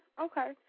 okay